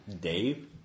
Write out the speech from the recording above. Dave